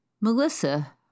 Melissa